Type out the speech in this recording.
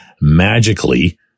magically